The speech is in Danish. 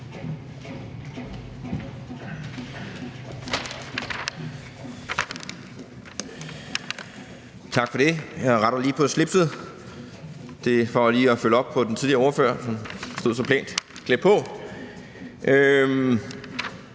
Tak for det. Jeg retter lige på slipset. Det er for lige at følge op på den tidligere ordfører, som stod her så pænt klædt på.